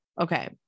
okay